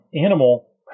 animal